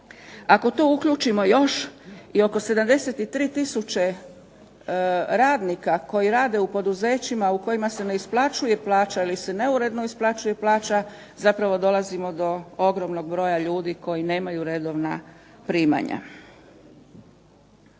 Ako tu uključimo još oko 73 tisuća koji rade u poduzećima u kojima se ne isplaćuje plaća ili se neuredno isplaćuje plaća, zapravo dolazimo do ogromnog broja ljudi koji nemaju redovna primanja.